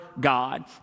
God